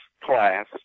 class